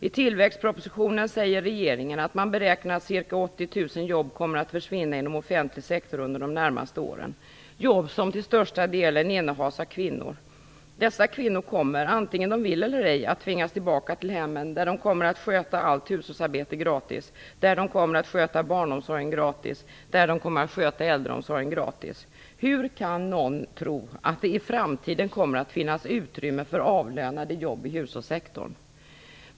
I tillväxtpropositionen säger regeringen att den beräknar att ca 80 000 jobb kommer att försvinna inom offentlig sektor under de närmaste åren, jobb som till största delen innehas av kvinnor. Dessa kvinnor kommer, vare sig de vill eller inte, att tvingas tillbaka till hemmen, där de kommer att sköta allt hushållsarbete gratis, där de kommer att sköta barnomsorgen gratis, och där de kommer att sköta äldreomsorgen gratis. Hur kan någon tro att det i framtiden kommer att finnas utrymme för avlönade jobb i hushållssektorn?